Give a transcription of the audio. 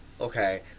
Okay